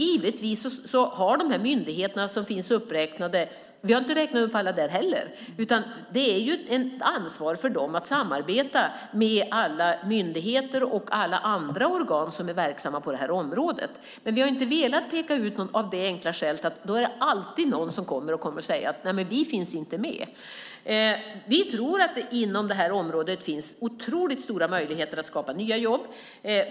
Givetvis har de myndigheter som finns uppräknade - vi har inte räknat upp alla där heller - ett ansvar att samarbeta med alla myndigheter och alla andra organ som är verksamma på detta område. Vi har inte velat peka ut någon av det enkla skälet att det då alltid är några som kommer och säger att de inte finns med. Vi tror att det inom detta område finns otroligt stora möjligheter att skapa nya jobb.